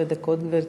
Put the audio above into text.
שלך.